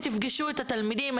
תפגשו את התלמידים,